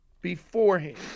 beforehand